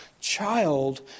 child